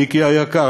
מיקי היקר,